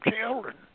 children